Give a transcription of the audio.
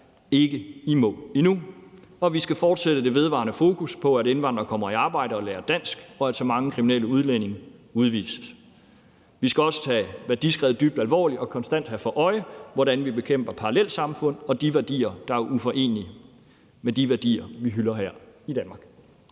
ikke i mål endnu. Vi skal fortsætte det vedvarende fokus på, at indvandrere kommer i arbejde og lærer dansk, og at så mange kriminelle udlændinge udvises. Vi skal også tage værdiskreddet dybt alvorligt og konstant have for øje, hvordan vi bekæmper parallelsamfund og de værdier, der er uforenelige med de værdier, vi hylder her i Danmark.